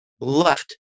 left